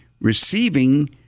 receiving